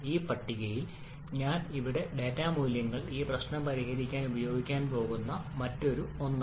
ഈ പട്ടികയിൽ ഞാൻ ഇവിടെയുള്ള ഡാറ്റ മൂല്യങ്ങൾ ഈ പ്രശ്നം പരിഹരിക്കാൻ ഞാൻ ഉപയോഗിക്കാൻ പോകുന്ന മറ്റൊരു 1 ആണ്